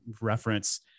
reference